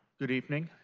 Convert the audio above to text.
good evening,